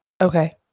Okay